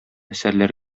әсәрләр